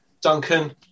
Duncan